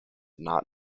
not